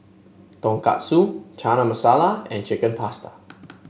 Tonkatsu Chana Masala and Chicken Pasta